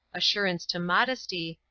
assurance to modesty,